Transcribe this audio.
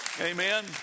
Amen